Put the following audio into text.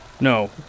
No